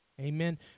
Amen